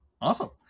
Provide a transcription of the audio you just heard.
Awesome